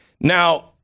Now